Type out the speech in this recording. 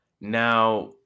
Now